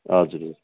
हजुर